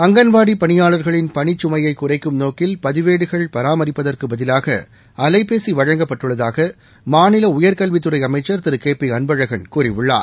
அங்கன்வாடி பணியாளர்களின் பணிச்சுமையைக் குறைக்கும் நோக்கில் பதிவேடுகள் பராமரிப்பதற்கு பதிலாக அலைபேசி வழங்கப்பட்டுள்ளதாக மாநில உயர்கல்வித்துறை அமைச்சர் திரு கே பி அன்பழகன் கூறியுள்ளார்